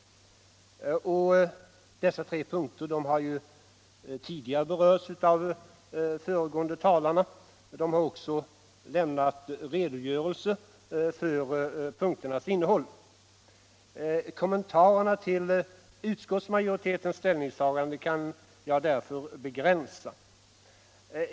Dessa tre punkter har ju berörts av de föregående talarna, vilka också har lämnat redogörelser för punkternas innehåll. Kommentarerna till utskottsmajoritetens ställningstagande kan jag därför begränsa.